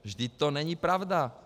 Vždyť to není pravda.